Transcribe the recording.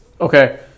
Okay